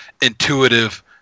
intuitive